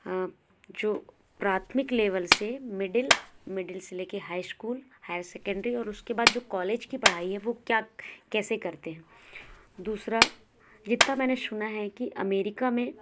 जो प्राथमिक लेवल से मिडिल मिडिल से लेकर हाईस्कूल हायर सेकन्डरी और उसके बाद जो कॉलेज की पढ़ाई है वो क्या कैसे करते हैं दूसरा जितना मैंने सुना है कि अमेरिका में